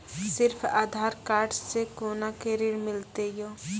सिर्फ आधार कार्ड से कोना के ऋण मिलते यो?